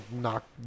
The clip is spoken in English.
knocked